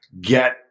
get